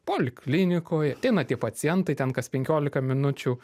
poliklinikoj ateina tie pacientai ten kas penkiolika minučių